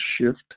shift